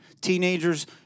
Teenagers